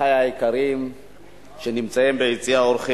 אחי היקרים שנמצאים ביציע האורחים,